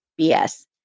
BS